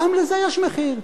גם לזה יש מחיר.